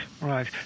right